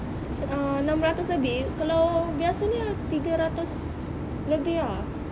se~ ah enam ratus lebih kalau biasanya tiga ratus lebih ah